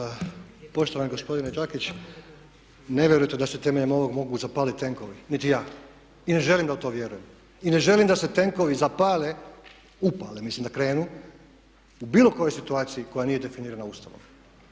Poštovani gospodine Đakić, ne vjerujete da se temeljem ovog mogu zapaliti tenkovi niti ja i ne želim da u to vjerujem. I ne želim da se tenkovi zapale, upale, mislim da krenu, u bilo kojoj situaciji koja nije definirana Ustavom